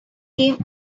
came